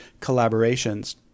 collaborations